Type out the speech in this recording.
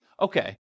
okay